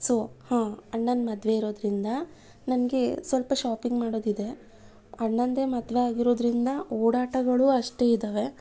so ಹಾಂ ಅಣ್ಣನ ಮದುವೆ ಇರೋದರಿಂದ ನನಗೆ ಸ್ವಲ್ಪ ಶಾಪಿಂಗ್ ಮಾಡೋದಿದೆ ಅಣ್ಣನದ್ದೆ ಮದುವೆ ಆಗಿರೋದರಿಂದ ಓಡಾಟಗಳು ಅಷ್ಟೇ ಇದ್ದಾವೆ